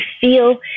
feel